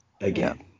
again